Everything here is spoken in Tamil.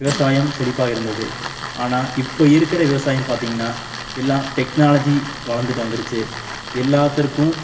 விவசாயம் செழிப்பா இருந்தது ஆனால் இப்போ இருக்கிற விவசாயம் பார்த்தீங்கனா எல்லாம் டெக்னாலஜி வளர்ந்துகிட்டு வந்துருச்சு எல்லாத்திற்கும்